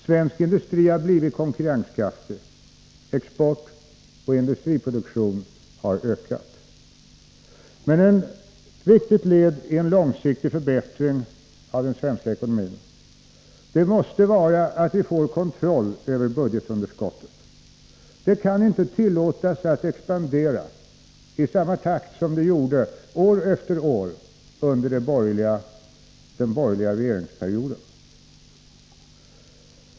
Svensk industri har blivit konkurrenskraftig. Exportoch industriproduktion har ökat. Men ett viktigt led i en långsiktig förbättring av den svenska ekonomin måste vara att vi får kontroll över budgetunderskottet. Det kan inte tillåtas att expandera i samma takt som det gjorde år efter år under den borgerliga regeringsperioden.